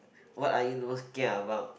what are you most kia about